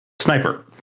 sniper